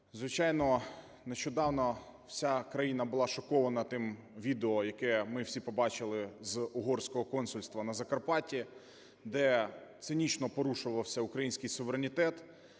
звичайно, нещодавно вся країна була шокована тим відео, яке ми всі побачили з угорського консульства на Закарпатті, де цинічно порушувався український суверенітет,